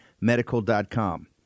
medical.com